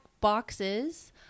boxes